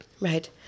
Right